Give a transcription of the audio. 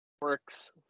works